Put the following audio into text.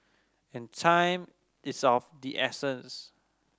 and time is of the essence